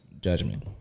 judgment